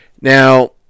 Now